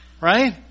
right